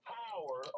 power